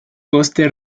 coste